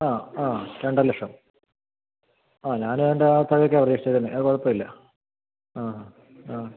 ആ ആ രണ്ടരലക്ഷം ആ ഞാനും ഏതാണ്ട് അത്രയൊക്കെയാണ് പ്രതീക്ഷിച്ചത് തന്നെ അത് കുഴപ്പമില്ല ആ ആ